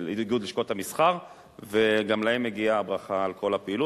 באיגוד לשכות המסחר וגם להם מגיעה הברכה על כל הפעילות.